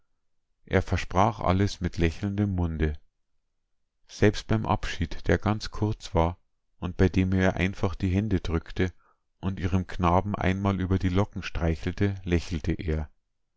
er versprach alles mit lächelndem munde selbst beim abschied der ganz kurz war und bei dem er ihr einfach die hände drückte und ihrem knaben einmal über die locken streichelte lächelte er